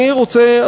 אני רוצה,